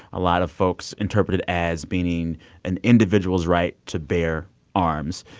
a lot of folks interpret it as meaning an individual's right to bear arms.